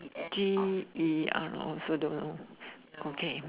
actually I also don't know okay